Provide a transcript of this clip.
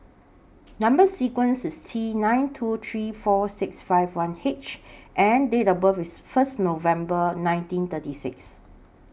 Number sequence IS T nine two three four six five one H and Date of birth IS First November nineteen thirty six